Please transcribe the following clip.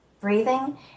breathing